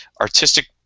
artistic